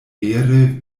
vere